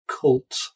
cult